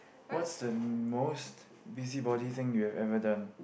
what's the most busy body thing you've ever done